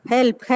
Help